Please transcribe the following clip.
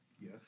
Yes